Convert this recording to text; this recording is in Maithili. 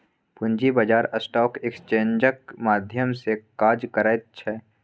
पूंजी बाजार स्टॉक एक्सेन्जक माध्यम सँ काज करैत छै